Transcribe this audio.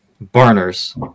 burners